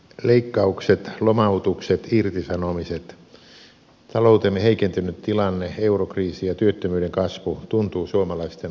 leikkaukset lomautukset irtisanomiset taloutemme heikentynyt tilanne eurokriisi ja työttömyyden kasvu tuntuvat suomalaisten arjessa